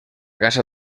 casa